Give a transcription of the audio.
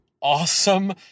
awesome